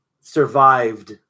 survived